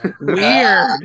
Weird